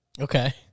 Okay